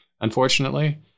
unfortunately